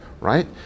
right